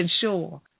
sure